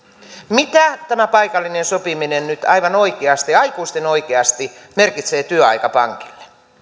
mitä tämä paikallinen sopiminen nyt aivan oikeasti aikuisten oikeasti merkitsee työaikapankille